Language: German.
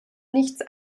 nichts